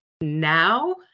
Now